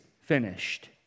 finished